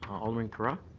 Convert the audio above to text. alderman carra.